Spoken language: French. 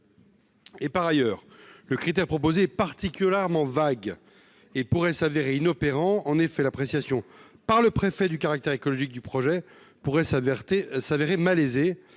Et par ailleurs le critère particular mon vague et pourrait s'avérer inopérant en effet l'appréciation par le préfet du caractère écologique du projet pourrait ça VRT s'avérer malaisée,